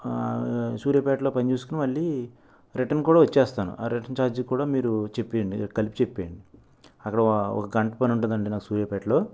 సూర్యాపేటలో పనిచేసుకొని మళ్ళీ రిటర్న్ కూడా వచ్చేస్తాను రిటర్న్ చార్జెస్ కూడా మీరు చెప్పేయండి కలిపి చెప్పేయండి అక్కడ ఒక గంట పని ఉంటాదండి సూర్యాపేటలో